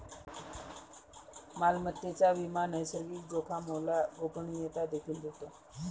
मालमत्तेचा विमा नैसर्गिक जोखामोला गोपनीयता देखील देतो